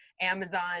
amazon